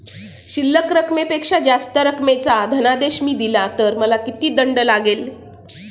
शिल्लक रकमेपेक्षा जास्त रकमेचा धनादेश मी दिला तर मला किती दंड लागेल?